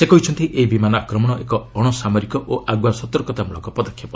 ସେ କହିଛନ୍ତି ଏହି ବିମାନ ଆକ୍ରମଣ ଏକ ଅଣ ସାମରିକ ଓ ଆଗୁଆ ସତର୍କତା ମୂଳକ ପଦକ୍ଷେପ